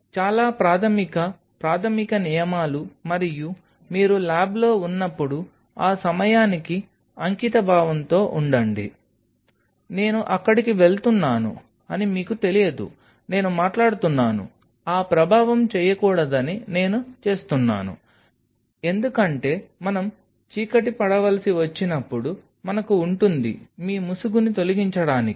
చాలా ప్రాథమిక ప్రాథమిక నియమాలు మరియు మీరు ల్యాబ్లో ఉన్నప్పుడు ఆ సమయానికి అంకితభావంతో ఉండండి నేను అక్కడికి వెళుతున్నాను అని మీకు తెలియదు నేను మాట్లాడుతున్నాను ఆ ప్రభావం చేయకూడదని నేను చేస్తున్నాను ఎందుకంటే మనం చీకటి పడవలసి వచ్చినప్పుడు మనకు ఉంటుంది మీ ముసుగుని తొలగించడానికి